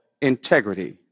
integrity